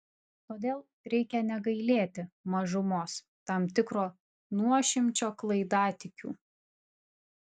todėl reikia negailėti mažumos tam tikro nuošimčio klaidatikių